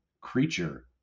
Creature